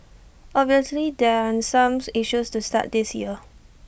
obviously there aren't the same issues to start this year